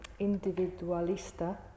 individualista